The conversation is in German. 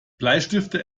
bleistifte